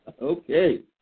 Okay